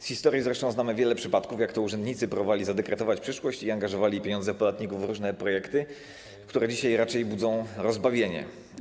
Z historii zresztą znamy wiele przypadków, jak to urzędnicy próbowali zadekretować przyszłość i angażowali pieniądze podatników w różne projekty, które dzisiaj raczej budzą rozbawienie.